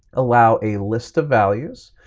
allow a list of values,